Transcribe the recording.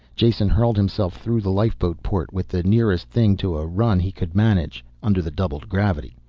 jason hurled himself through the lifeboat port with the nearest thing to a run he could manage under the doubled gravity.